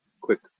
quick